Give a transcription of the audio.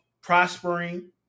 prospering